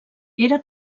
era